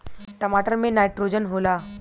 टमाटर मे नाइट्रोजन होला?